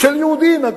של יהודי, נגיד.